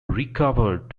recovered